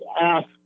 ask